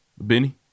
Benny